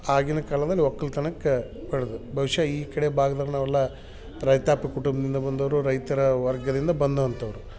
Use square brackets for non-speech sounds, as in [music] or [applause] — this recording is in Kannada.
ಆಗಿನ ಕಾಲದಲ್ಲಿ ಒಕ್ಕಲ್ತನಕ್ಕೆ [unintelligible] ಬಹುಷಃ ಈ ಕಡೆ ಭಾಗ್ದಲ್ಲಿ ನಾವೆಲ್ಲ ರೈತಾಪಿ ಕುಟುಂಬದಿಂದ ಬಂದವರು ರೈತರ ವರ್ಗದಿಂದ ಬಂದಂಥವರು